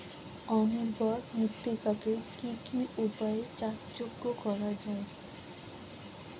অনুর্বর মৃত্তিকাকে কি কি উপায়ে চাষযোগ্য করা যায়?